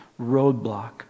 roadblock